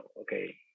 okay